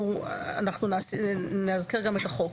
אנחנו נאזכר גם את החוק.